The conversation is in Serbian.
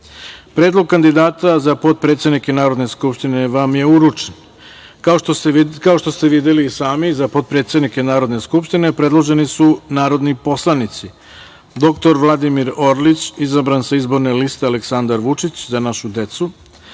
kandidata za potpredsednike Narodne skupštine vam je uručen. Kao što ste videli i sami, za potpredsednike Narodne skupštine predloženi su narodni poslanici:- dr Vladimir Orlić, izabran sa Izborne liste ALEKSANDAR VUČIĆ - ZA NAŠU